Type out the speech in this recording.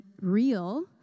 real